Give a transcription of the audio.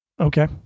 Okay